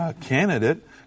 candidate